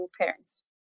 parents